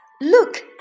Look